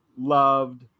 loved